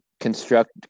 construct